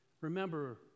remember